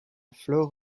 flore